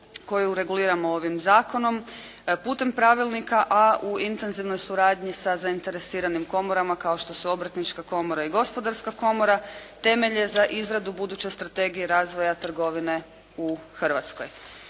koju reguliramo ovim zakonom putem pravilnika, a u intenzivnoj suradnji sa zainteresiranim komorama kao što su Obrtnička komora i Gospodarska komora temelje za izradu buduće strategije razvoja trgovine u Hrvatskoj.